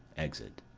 exit.